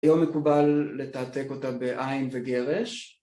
היום מקובל לתעתק אותה בעין וגרש